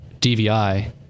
DVI